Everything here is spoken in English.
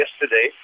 yesterday